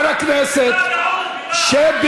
שב